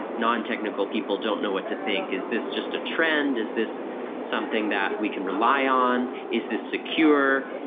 non-technical people don't know what to think. is this just a trend? is this something that we can rely on? is this secure?